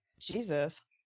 Jesus